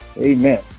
Amen